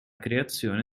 creazione